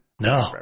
No